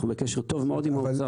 אנחנו בקשר טוב מאוד עם האוצר.